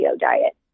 diet